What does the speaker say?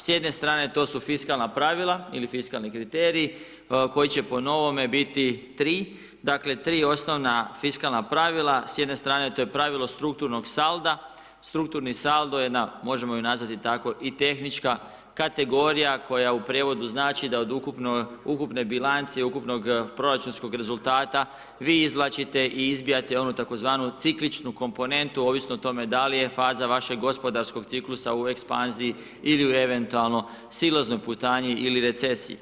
S jedne strane to su fiskalna pravila ili fiskalni kriterij, koji će po novome biti 3. Dakle, 3 osnovna fiskalna pravila, s jedne strane to je pravilo strukturnog salda, strukturni saldo je na, možemo ju nazvati tako i tehnička kategorija koja u prijevodu znači da od ukupne bilance i ukupnog proračunskog rezultata, vi izvlačite i izbijate onu tzv. cikličnu komponentu, ovisno o tome, da li je faza vašeg gospodarskog ciklusa u ekspanziji ili eventualno silaznoj putanji i li recesiji.